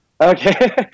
Okay